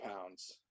pounds